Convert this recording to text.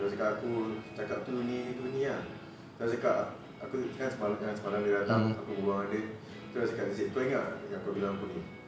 dia cakap aku cakap tu ni tu ni ah then cakap aku kan semalam dia datang aku berbual dengan dia terus cakap razi kau ingat tak yang kau bilang aku ni